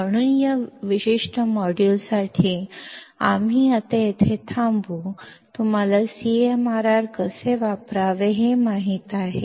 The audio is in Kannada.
ಹುಡುಗರೇ ಆದ್ದರಿಂದ ಈ ನಿರ್ದಿಷ್ಟ ಮಾಡ್ಯೂಲ್ಗಾಗಿ ನಾವು ಈಗ ಇಲ್ಲಿ ನಿಲ್ಲುತ್ತೇವೆ CMRR ಅನ್ನು ಹೇಗೆ ಬಳಸುವುದು ಎಂದು ನಿಮಗೆ ತಿಳಿದಿದೆ